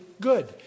good